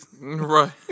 Right